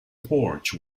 porch